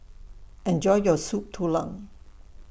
Enjoy your Soup Tulang